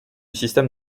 système